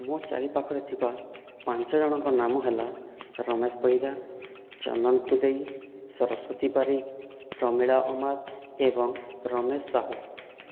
ମୋ ଚାରି ପାଖରେ ଥିବା ପାଞ୍ଚ ଜଣଙ୍କ ନାମ ହେଲା ରମେଶ ପଇଦାର ଚନ୍ଦନ କୁଦେଇ ସ୍ଵରସ୍ଵତୀ ବାରିକ ପ୍ରମିଳା ଅମାତ ଏବଂ ରମେଶ ସାହୁ